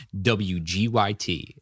WGYT